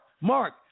Mark